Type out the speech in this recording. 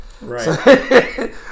Right